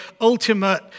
ultimate